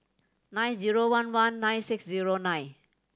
nine zero one one nine six zero nine